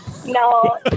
No